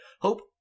Hope